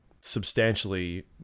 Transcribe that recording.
substantially